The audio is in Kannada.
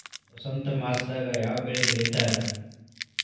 ವಸಂತ ಮಾಸದಾಗ್ ಯಾವ ಬೆಳಿ ಬೆಳಿತಾರ?